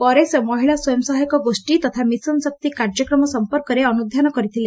ପରେ ସେ ମହିଳା ସ୍ୱୟଂ ସହାୟକ ଗୋଷୀ ତଥା ମିଶନ ଶକ୍ତି କାର୍ଯ୍ୟକ୍ରମ ସମ୍ପର୍କରେ ଅନୁଧ୍ଧାନ କରିଥିଲେ